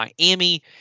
Miami